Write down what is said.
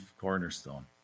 cornerstone